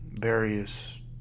various